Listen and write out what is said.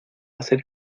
hacer